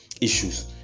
issues